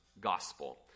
gospel